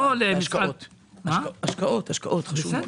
השקעות זה דבר חשוב.